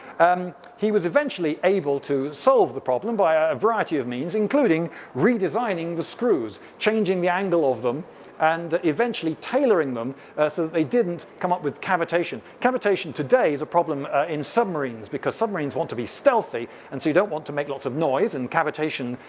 and he was eventually able to solve the problem by a a variety of means, including redesigning the screws, changing the angle of them and eventually tailoring them so that they didn't come up with cavitation. cavitation today is a problem in submarines because submarines want to be stealthy, and so you don't want to make lots of noise. and cavitation,